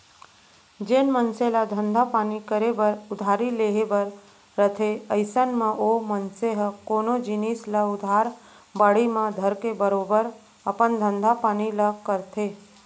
जेन मनसे ल धंधा पानी करे बर उधारी लेहे बर रथे अइसन म ओ मनसे ह कोनो जिनिस ल उधार बाड़ी म धरके बरोबर अपन धंधा पानी ल करथे